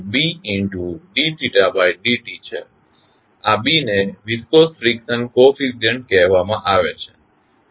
આ B ને viscous friction coefficient કહેવામાં આવે છે